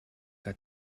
que